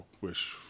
wish